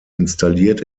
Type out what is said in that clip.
installiert